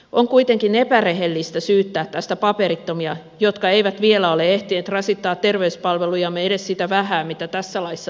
on kuitenkin epärehellistä syyttää tästä paperittomia jotka eivät vielä ole ehtineet rasittaa terveyspalvelujamme edes sitä vähää mitä tässä laissa esitetään